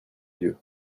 yeux